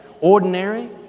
ordinary